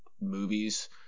movies –